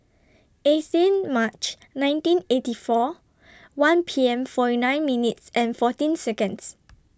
eighteen March nineteen eighty four one P M forty nine minutes and fourteen Seconds